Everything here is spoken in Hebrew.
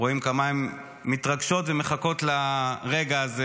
רואים כמה הן מתרגשות ומחכות לרגע הזה.